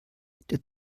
der